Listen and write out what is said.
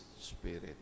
Spirit